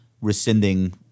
rescinding